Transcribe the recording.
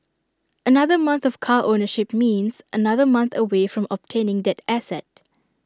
another month of car ownership means another month away from obtaining that asset